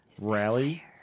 rally